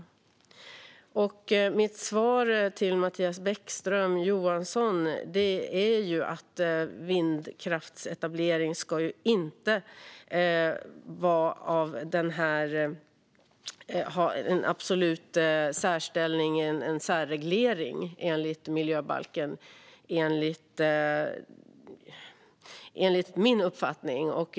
Mitt svar till Mattias Bäckström Johansson är att vindkraftsetablering inte, enligt min uppfattning, ska ha någon absolut särställning och omfattas av särreglering enligt miljöbalken.